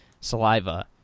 saliva